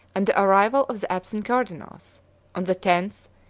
and the arrival of the absent cardinals on the tenth,